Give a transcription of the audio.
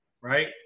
right